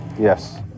yes